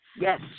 Yes